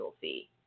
fee